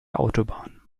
autobahn